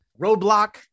roadblock